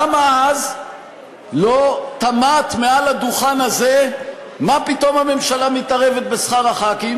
למה אז לא תמהת מעל הדוכן הזה מה פתאום הממשלה מתערבת בשכר חברי הכנסת?